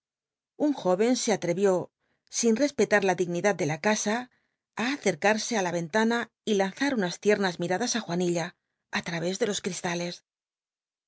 jó cn se atrcrió sin respetar la dignidad de la casa á acercarse ü la ventana y lanzaa unas licmas miaadas ü juanil la á ttavés de los cristales